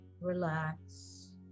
Relax